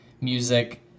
music